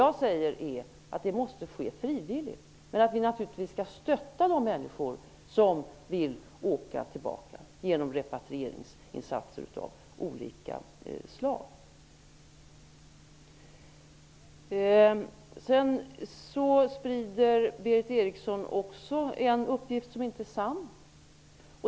Jag menar att det måste ske frivilligt, men att vi naturligtvis skall stötta de människor som vill åka tillbaka genom repatrieringsinsatser av olika slag. Berith Eriksson sprider en uppgift som inte är sann.